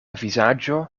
vizaĝo